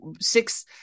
six